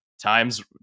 times